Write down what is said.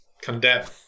Condemn